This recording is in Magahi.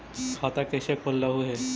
खाता कैसे खोलैलहू हे?